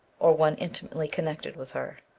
or one intimately connected with her.